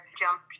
jump